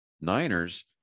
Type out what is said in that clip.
Niners